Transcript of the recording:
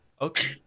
okay